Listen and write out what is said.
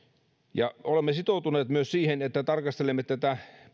olemme sitoutuneet myös siihen että tarkastelemme tätä